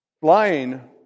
Flying